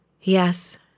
Yes